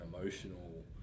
emotional